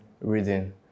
reading